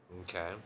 Okay